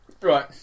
Right